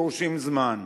דורשים זמן,